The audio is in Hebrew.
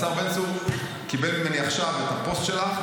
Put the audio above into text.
השר בן צור קיבל ממני עכשיו את הפוסט שלך.